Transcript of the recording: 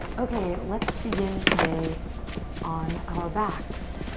okay let's begin today on our backs.